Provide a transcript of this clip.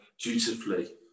dutifully